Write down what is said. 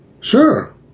sure